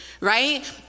right